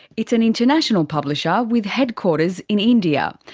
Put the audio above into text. it's an international publisher, with headquarters in india.